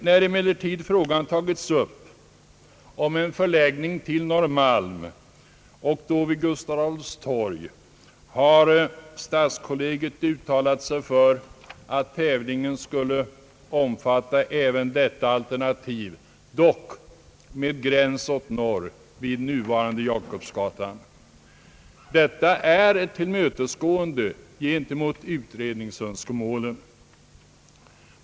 När emellertid frågan tagits upp om en förläggning till Norrmalm och då vid Gustav Adolfs torg, har stadskollegiet uttalat sig för att tävlingen skulle omfatta även detta alternativ, dock med gräns åt norr vid nuvarande Jakobsgatan. Detta är ett tillmötesgående gentemot utredningsönskemålen.